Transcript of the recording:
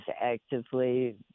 actively